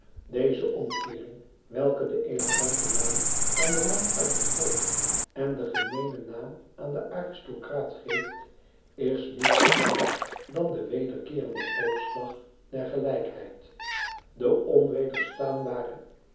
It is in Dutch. deze omkeering welke den eleganten naam aan den man uit het volk en den gemeenen naam aan den aristocraat geeft is niets anders dan de wederkeerende golfslag der gelijkheid de onwederstaanbare